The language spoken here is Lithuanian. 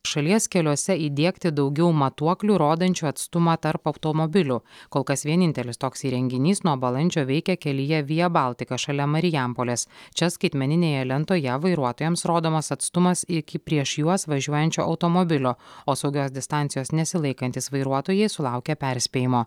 šalies keliuose įdiegti daugiau matuoklių rodančių atstumą tarp automobilių kol kas vienintelis toks įrenginys nuo balandžio veikia kelyje vija baltika šalia marijampolės čia skaitmeninėje lentoje vairuotojams rodomas atstumas iki prieš juos važiuojančio automobilio o saugios distancijos nesilaikantys vairuotojai sulaukia perspėjimo